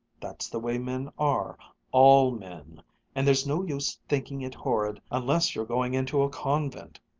that's the way men are all men and there's no use thinking it horrid unless you're going into a convent.